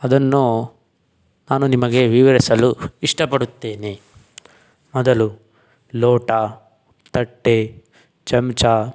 ಅದನ್ನು ನಾನು ನಿಮಗೆ ವಿವರಿಸಲು ಇಷ್ಟ ಪಡುತ್ತೇನೆ ಮೊದಲು ಲೋಟ ತಟ್ಟೆ ಚಮಚ